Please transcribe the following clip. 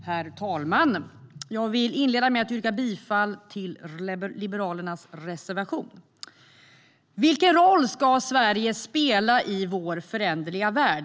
Herr talman! Jag vill inleda med att yrka bifall till Liberalernas reservation. Vilken roll ska Sverige spela i vår föränderliga värld?